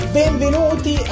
benvenuti